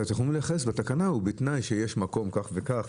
צריך לומר בתקנה ובתנאי שיש מקום כך וכך.